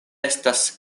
estas